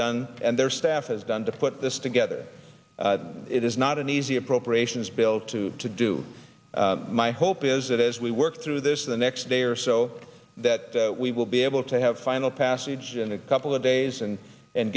done and their staff has done to put this together it is not an easy appropriations bill to to do my hope is that as we work through this in the next day or so that we will be able to have final passage in a couple of days and and